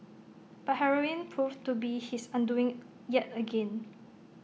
but heroin proved to be his undoing yet again